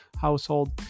household